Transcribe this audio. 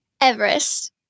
everest